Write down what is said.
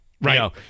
right